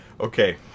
Okay